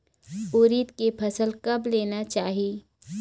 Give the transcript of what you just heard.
उरीद के फसल कब लेना चाही?